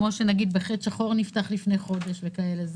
כמו נגיד בחץ שחור שנפתח לפני חודש וכאלה.